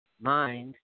mind